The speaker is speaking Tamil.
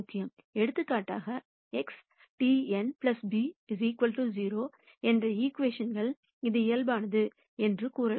எடுத்துக்காட்டாக XTn b 0 என்ற ஈகிவேஷன்கள் இது இயல்பானது என்று கூறலாம்